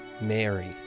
Mary